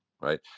right